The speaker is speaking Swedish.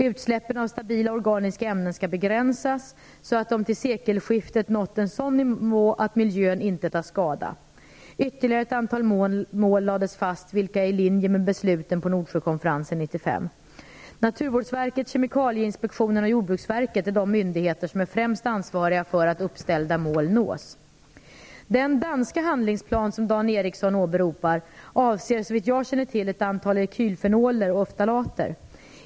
Utsläppen av stabila organiska ämnen skall begränsas, så att de till sekelskiftet nått en sådan nivå att miljön inte tar skada. Ytterligare ett antal mål lades fast, vilka är i linje med besluten på Nordsjökonferensen 1995. Naturvårdsverket, Kemikalieinspektionen och Jordbruksverket är de myndigheter som är främst ansvariga för att uppställda mål uppnås. Den danska handlingsplan som Dan Ericsson åberopar avser, såvitt jag känner till, ett antal alkylfenoler och ftalater.